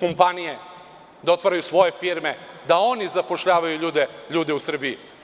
kompanije, da otvaraju svoje firme, da oni zapošljavaju ljude u Srbiji.